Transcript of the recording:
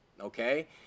okay